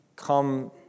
come